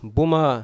Buma